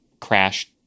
crashed